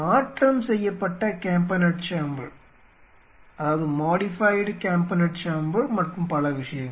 மாற்றம் செய்யப்பட்ட கேம்பேநாட் சேம்பர் மற்றும் பல விஷயங்கள்